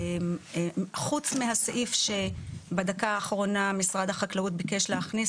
חוץ מהסעיף שבדקה האחרונה משרד החקלאות ביקש להכניס,